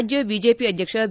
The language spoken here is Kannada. ರಾಜ್ಞ ಬಿಜೆಪಿ ಅಧ್ಯಕ್ಷ ಬಿ